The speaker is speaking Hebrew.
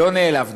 לא נעלבנו.